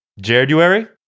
January